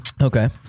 Okay